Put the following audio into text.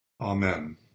Amen